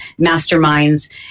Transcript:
masterminds